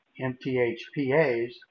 MTHPAs